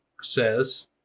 says